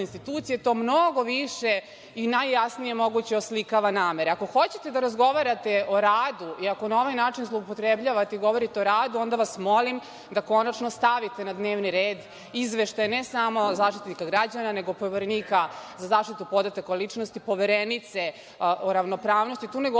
institucije, to mnogo više i najjasnije moguće oslikava namere. Ako hoćete da razgovarate o radu i ako na ovaj način zloupotrebljavate i govorite o radu, onda vas molim da konačno stavite na dnevni red izveštaje ne samo Zaštitnika građana, nego Poverenika za zaštitu podataka o ličnosti, poverenice ravnopravnosti. Tu ne